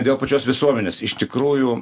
dėl pačios visuomenės iš tikrųjų